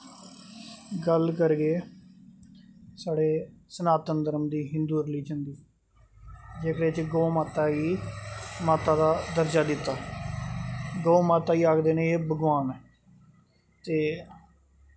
गल्ल करगे साढ़े सनातन धर्म दी हिन्दू धर्म दी जेह्दे च गौ माता गी गौ माता दा दर्जा दित्ता गौ माता गी आखदे न एह् भगवान ते